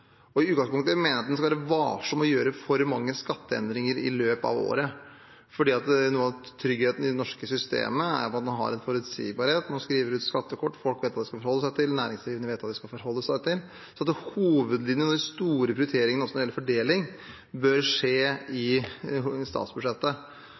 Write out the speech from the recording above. siden. I utgangspunktet mener jeg at man skal være varsom med å gjøre for mange skatteendringer i løpet av året, fordi noe av tryggheten i det norske systemet er at man har en forutsigbarhet. Man skriver ut skattekort og folk vet hva de skal forholde seg til, og næringsdrivende vet hva de skal forholde seg til. Hovedlinjene og de store prioriteringene når det gjelder fordeling, bør skje